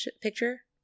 picture